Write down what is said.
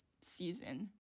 season